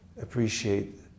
appreciate